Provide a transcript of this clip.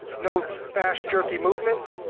no fast jerky movements,